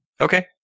Okay